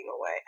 away